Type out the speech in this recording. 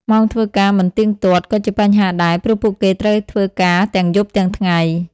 ម៉ោងធ្វើការមិនទៀងទាត់ ក៏ជាបញ្ហាដែរ ព្រោះពួកគេត្រូវធ្វើការទាំងយប់ទាំងថ្ងៃ។